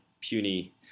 puny